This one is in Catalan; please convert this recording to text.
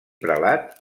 prelat